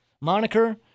moniker